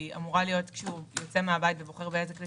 אמורה להיות כשהוא יוצא מן הבית ובוחר באיזה כלי